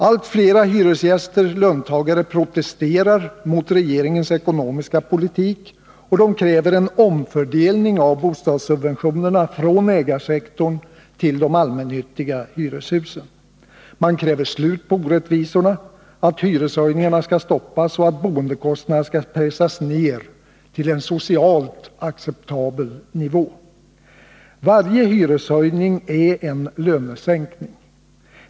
Allt flera hyresgäster-löntagare protesterar mot regeringens ekonomiska politik och kräver en omfördelning av bostadssubventionerna från ägarsektorn till de allmännyttiga hyreshusen. Man kräver slut på orättvisorna, att hyreshöjningarna skall stoppas och att boendekostnaderna skall pressas ned till en socialt acceptabel nivå. Varje hyreshöjning är en lönesänkning.